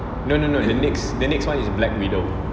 no no no the next the next one is black widow